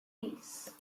peace